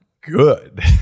good